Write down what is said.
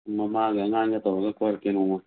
ꯃꯃꯥꯒ ꯑꯉꯥꯡꯒ ꯇꯧꯔꯒ ꯀꯣꯏꯔꯛꯀꯦ ꯅꯣꯡꯃ